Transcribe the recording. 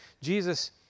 Jesus